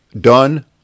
done